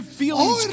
feelings